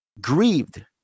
grieved